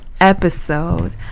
episode